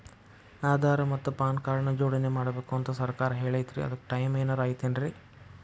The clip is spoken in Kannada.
ಆಧಾರ ಮತ್ತ ಪಾನ್ ಕಾರ್ಡ್ ನ ಜೋಡಣೆ ಮಾಡ್ಬೇಕು ಅಂತಾ ಸರ್ಕಾರ ಹೇಳೈತ್ರಿ ಅದ್ಕ ಟೈಮ್ ಏನಾರ ಐತೇನ್ರೇ?